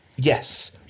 Yes